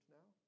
now